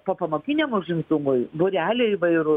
popamokiniam užimtumui būreliai įvairūs